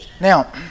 Now